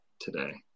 today